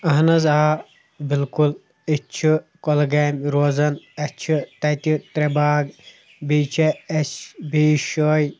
اہن حظ آ بالکُل أسۍ چھِ کۄلگٲمہِ روزان اَسہِ چھِ تَتہِ ترٛےٚ باغ بیٚیہِ چھِ اَسہِ بیٚیہِ جایہِ